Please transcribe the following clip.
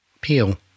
Peel